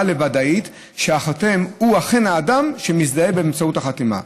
לוודאית שהחותם הוא אכן האדם שמזדהה באמצעות החתימה,